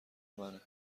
منه